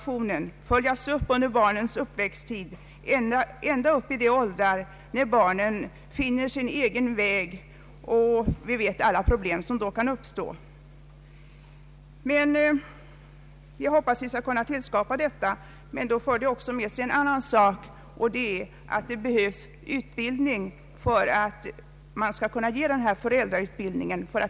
Utbildningen måste följas upp under barnens uppväxttid ända fram till de åldrar då barnen finner sin egen väg. Vi känner alla till de problem som då kan uppstå. Vi hoppas att det skall bli möjligt att få till stånd denna föräldrautbildning. Det behövs emellertid också utbildning för att kunna meddela en effektiv föräldrautbildning.